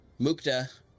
Mukta